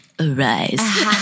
arise